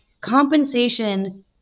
compensation